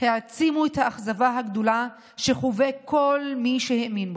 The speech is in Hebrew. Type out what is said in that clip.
העצימו את האכזבה הגדולה שחווה כל מי שהאמין בו.